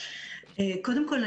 קודם כל,